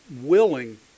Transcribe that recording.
willing